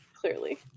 Clearly